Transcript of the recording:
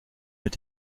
mit